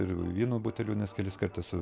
ir vyno butelių nes kelis kart esu